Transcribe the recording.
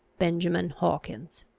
benjamin hawkins.